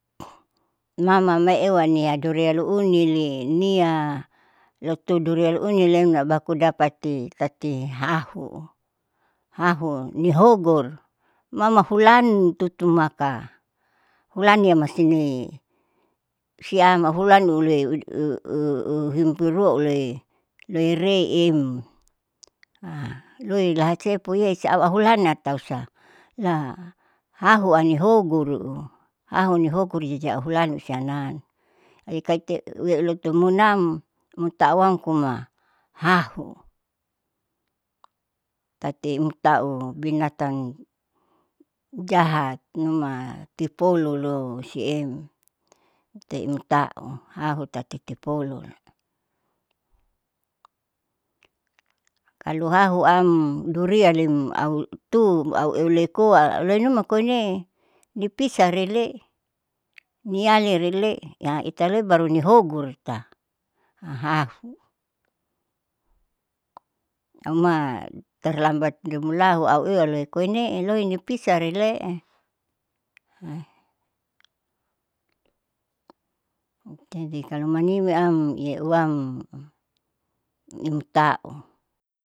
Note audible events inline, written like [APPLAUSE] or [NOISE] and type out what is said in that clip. [NOISE] mamam meewa nialu duriani unili nia lotolu duriani unilem baku dapati tati hahu, hahu nilhogor mamahulan tutumaka hulania masine siam ahulan ulue ul u u u himpurua ulue loireem [NOISE] [HESITATION] loilahasepuei sian ahulan atau sa la hahuna nihogora, hahu nihogor jadi auhulani sianam ikaite loumunam mutawam komahahu tati mutau binatan jahat numa tipolulo siem itae mutau hahutati tipolun kalo hahuam durianlem au tu auleikoa aulenuma koine dipisa reile [NOISE] nialirile haiitaloi baru ini hogor ita haahu auma terlambat gemulahu auewa loi koinee loi nipisarile. [HESITATION] jadi kalo manimiam euwam imutau.